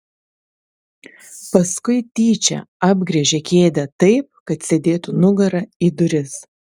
paskui tyčia apgręžė kėdę taip kad sėdėtų nugara į duris